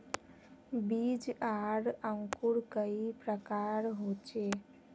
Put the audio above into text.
बीज आर अंकूर कई प्रकार होचे?